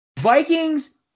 Vikings